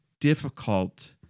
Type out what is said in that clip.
difficult